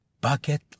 bucket